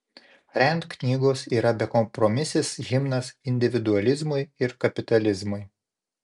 rand knygos yra bekompromisis himnas individualizmui ir kapitalizmui